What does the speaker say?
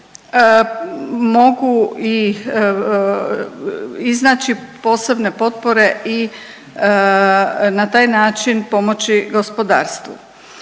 mogu iznaći posebne potpore i na taj način pomoći gospodarstvu.